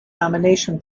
nomination